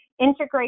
integrate